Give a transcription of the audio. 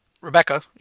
Rebecca